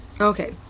Okay